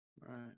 Right